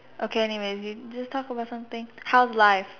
okay anyways you just talk about something how's life